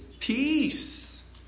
Peace